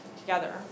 together